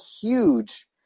huge